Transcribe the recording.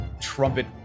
trumpet